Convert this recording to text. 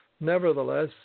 Nevertheless